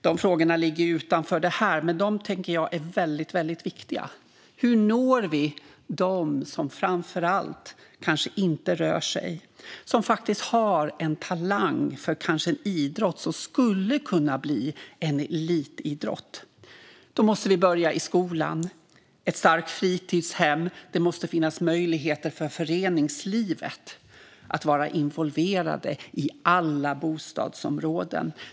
De frågorna ligger utanför detta, men jag tycker att de är väldigt viktiga. Hur når vi dem som inte rör sig men som faktiskt har en talang för en idrott och skulle kunna bli elitidrottare? Då måste vi börja i skolan och i ett starkt fritidshem. Det måste finnas möjligheter för föreningslivet att vara involverat i alla bostadsområden.